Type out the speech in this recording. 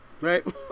Right